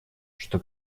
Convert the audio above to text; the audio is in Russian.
что